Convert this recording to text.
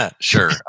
Sure